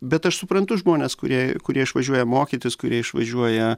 bet aš suprantu žmones kurie kurie išvažiuoja mokytis kurie išvažiuoja